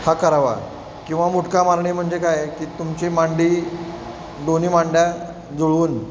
हा करावा किंवा मुटका मारणे म्हणजे काय की तुमची मांडी दोन्ही मांड्या जुळवून